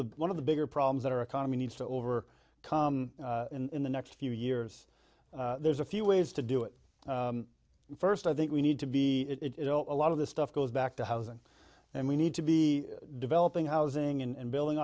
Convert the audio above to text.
the one of the bigger problems that our economy needs to over come in the next few years there's a few ways to do it first i think we need to be it a lot of this stuff goes back to housing and we need to be developing housing and building